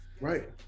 Right